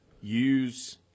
use